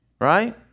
Right